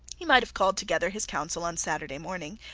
he might have called together his council on saturday morning,